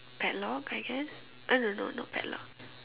padlock I guess uh no no not padlock